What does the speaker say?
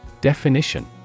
Definition